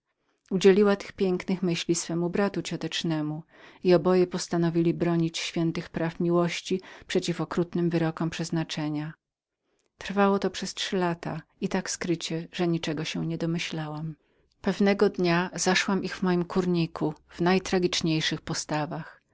udzieliła tych pięknych myśli swemu bratu ciotecznemu i oboje postanowili bronić świętych praw miłości przeciw okrutnym wyrokom przeznaczenia trwało to przez trzy lata i tak skrycie że ja niczego się nie domyślałam pewnego dnia zeszłam ich w moim kurniku w jak najtragiczniejszych postawach